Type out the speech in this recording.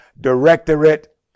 directorate